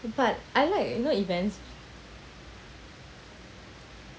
but I like you know events